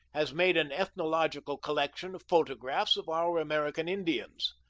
has made an ethnological collection of photographs of our american indians.